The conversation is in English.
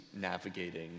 navigating